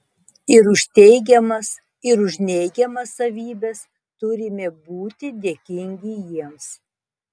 ir už teigiamas ir už neigiamas savybes turime būti dėkingi jiems